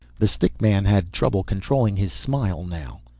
the stick man had trouble controlling his smile now,